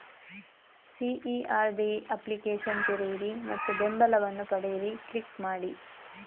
CERD application ತೆರೆಯಿರಿ ಮತ್ತು ಬೆಂಬಲವನ್ನು ಪಡೆಯಿರಿ ಕ್ಲಿಕ್ ಮಾಡಿ